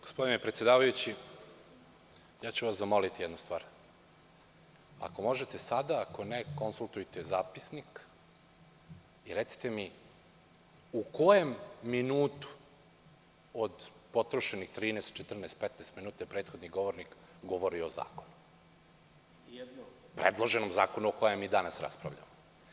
Gospodine predsedavajući, ja ću vas zamoliti jednu stvar, ako možete sada, ako ne, konsultujte zapisnik i recite mi u kojem minutu od potrošenih 13, 14, 15 minuta je prethodni govornik govorio o zakonu, predloženom zakonu o kojem mi danas raspravljamo?